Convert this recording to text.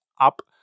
up